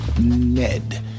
Ned